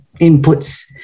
inputs